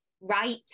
right